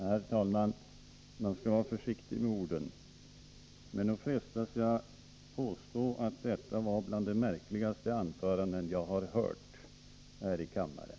Herr talman! Man skall vara försiktig med orden. Men nog frestas jag att påstå att detta var ett av de märkligaste anföranden jag har hört här i kammaren.